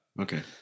Okay